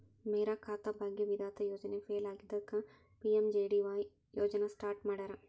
ಮೇರಾ ಖಾತಾ ಭಾಗ್ಯ ವಿಧಾತ ಯೋಜನೆ ಫೇಲ್ ಆಗಿದ್ದಕ್ಕ ಪಿ.ಎಂ.ಜೆ.ಡಿ.ವಾಯ್ ಯೋಜನಾ ಸ್ಟಾರ್ಟ್ ಮಾಡ್ಯಾರ